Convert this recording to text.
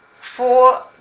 four